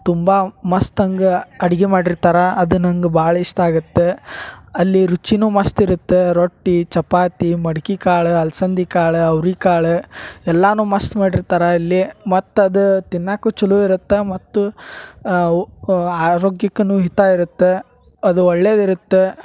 ತುಂಬಾ ಮಸ್ತಂಗ ಅಡ್ಗಿ ಮಾಡಿರ್ತಾರೆ ಅದು ನಂಗ ಭಾಳ್ ಇಷ್ಟ ಆಗತ್ತೆ ಅಲ್ಲಿ ರುಚಿನೂ ಮಸ್ತ್ ಇರತ್ತ ರೊಟ್ಟಿ ಚಪಾತಿ ಮಡ್ಕಿಕಾಳ ಅಲ್ಸಂದಿಕಾಳು ಅವ್ರಿಕಾಳು ಎಲ್ಲಾನೂ ಮಸ್ತ್ ಮಾಡಿರ್ತಾರೆ ಅಲ್ಲಿ ಮತ್ತೆ ಅದ ತಿನ್ನಾಕೂ ಛಲೋ ಇರತ್ತೆ ಮತ್ತು ಆರೋಗ್ಯಕ್ಕನೂ ಹಿತ ಇರತ್ತೆ ಅದು ಒಳ್ಳೆಯದಿರತ್ತೆ